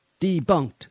Debunked